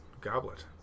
Goblet